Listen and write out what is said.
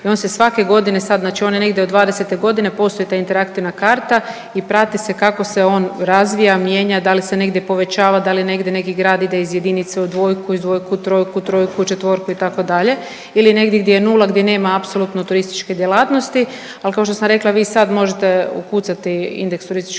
i on se svake godine sad, znači on je negdje od '20. g. postoji ta interaktivna karta i prati se kako se on razvija, mijenja, da li se negdje povećava, da li negdje neki grad ide iz 1 u 2, iz 2 u 3, iz 3 u 4, itd. ili negdje gdje 0, gdje nema apsolutno turističke djelatnosti, ali kao što sam rekla, vi sad možete ukucati indeks turističke